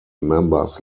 members